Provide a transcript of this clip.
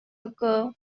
occur